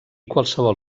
qualsevol